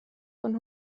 von